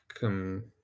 come